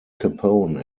capone